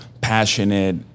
passionate